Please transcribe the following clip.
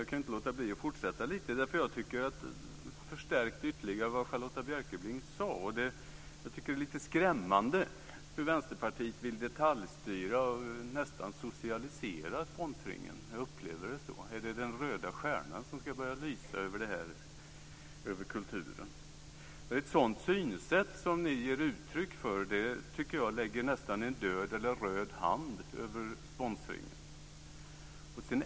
Jag kan inte låta bli att fortsätta lite med det. Det förstärkte ytterligare det som Charlotta L Bjälkebring sade. Det är lite skrämmande hur Vänsterpartiet vill detaljstyra och nästan socialisera sponsringen. Jag upplever det så. Är det den röda stjärnan som ska börja att lysa över kulturen? Ett sådant synsätt som ni ger uttryck för lägger nästan en död - eller röd - hand över sponsringen.